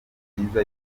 nziza